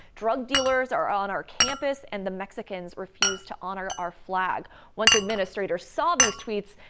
drug dealers are on our campus and the mexicans refuse to honor our flag once administrators saw these tweets.